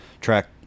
track